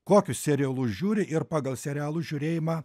kokius serialus žiūri ir pagal serialų žiūrėjimą